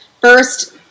First